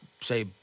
say